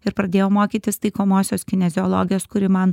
ir pradėjau mokytis taikomosios kineziologijos kuri man